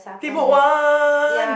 claypot one